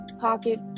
Pocket